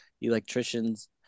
electricians